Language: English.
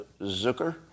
Zucker